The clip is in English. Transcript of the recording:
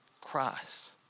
Christ